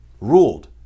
ruled